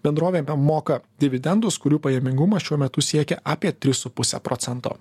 bendrovė moka dividendus kurių pajamingumas šiuo metu siekia apie tris su puse procento